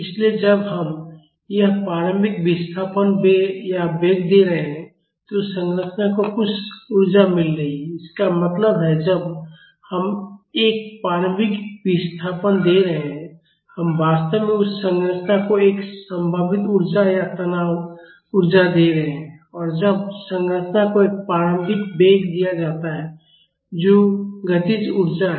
इसलिए जब हम यह प्रारंभिक विस्थापन या वेग दे रहे हैं तो संरचना को कुछ ऊर्जा मिल रही है इसका मतलब है जब हम एक प्रारंभिक विस्थापन दे रहे हैं हम वास्तव में उस संरचना को एक संभावित ऊर्जा या तनाव ऊर्जा दे रहे हैं और जब संरचना को एक प्रारंभिक वेग दिया जाता है जो गतिज ऊर्जा है